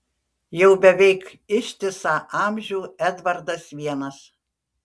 jau beveik ištisą amžių edvardas vienas